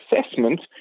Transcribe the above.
assessment